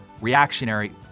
reactionary